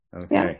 Okay